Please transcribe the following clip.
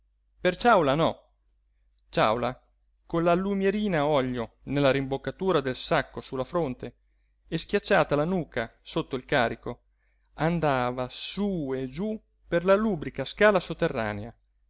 per ciàula no ciàula con la lumierina a olio nella rimboccatura del sacco su la fronte e schiacciata la nuca sotto il carico andava sú e giú per la lubrica scala sotterranea